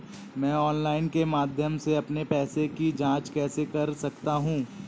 मैं ऑनलाइन के माध्यम से अपने पैसे की जाँच कैसे कर सकता हूँ?